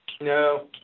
No